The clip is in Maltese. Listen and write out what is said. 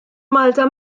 malta